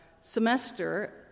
semester